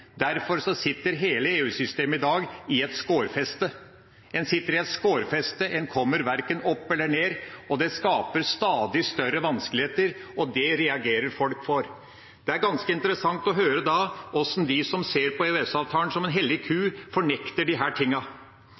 Derfor sitter hele EU-systemet i dag i et skårfeste. En sitter i et skårfeste. En kommer verken opp eller ned, og det skaper stadig større vanskeligheter, og det reagerer folk på. Det er da ganske interessant å høre hvordan de som ser på EØS-avtalen som ei hellig ku, fornekter disse tingene. Senterpartiet er opptatt av næringslivets interesser. Vi er opptatt av at de